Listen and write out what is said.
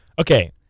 okay